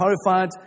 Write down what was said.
horrified